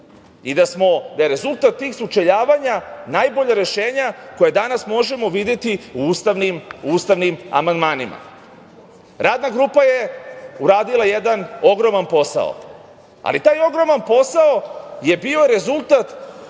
i da je rezultat tih sučeljavanja najbolje rešenje koje danas možemo videti u ustavnim amandmanima. Radna grupa je uradila jedan ogroman posao, ali taj ogroman posao je bio rezultat